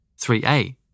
3A